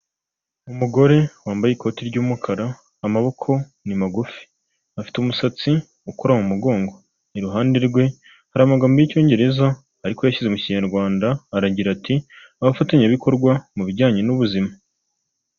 Umugore wambaye ikoti ry'umukara, amaboko ni magufi, afite umusatsi ukora mu mugongo, iruhande rwe hari amagambo y'icyongereza ariko uyashyize mu kinyarwanda aragira ati: abafatanyabikorwa mu bijyanye n'ubuzima.